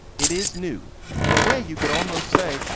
it is new in a way you could almost say.